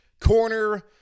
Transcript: corner